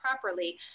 properly